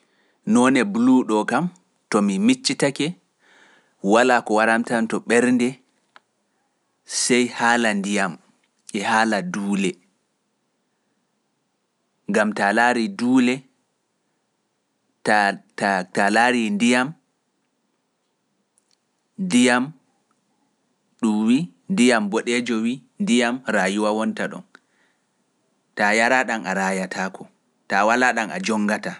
Noone ɓuluuɗo kam to mi miccitake, walaa ko waram tan to ɓernde, sey haala ndiyam e haala duule, gam taa laari duule, taa laari ndiyam, ndiyam ɗuuwi, ndiyam boɗjo wii, ndiyam raa yuwa wonta ɗon, taa yara ɗam a raayataako, taa walaa ɗam a jonngataa.